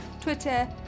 Twitter